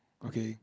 okay